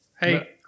Hey